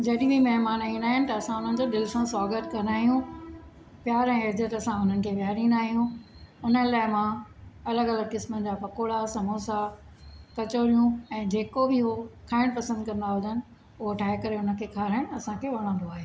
जॾहिं बि महिमानु ईंदा आहिनि त असां उन्हनि जो दिलि सां स्वागतु कंदा आहियूं प्यारु ऐं इज़त सां उन्हनि खे वीहारींदा आहियूं उन्हनि लाइ मां अलॻि अलॻि क़िस्मनि जा पकौड़ा समोसा कचोड़ियूं ऐं जेको बि उहो खाइणु पसंदि कंदा हूंदा आहिनि उहो ट्राए करे उन्हनि खे खारायणु असांखे वणंदो आहे